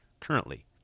currently